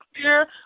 clear